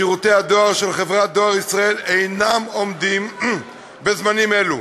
שירותי הדואר של חברת "דואר ישראל" אינם עומדים בזמנים אלו.